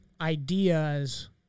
ideas